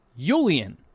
Yulian